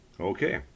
Okay